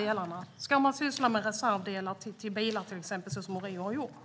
Ska staten syssla med reservdelar till bilar så som Orio har gjort?